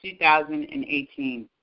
2018